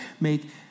Make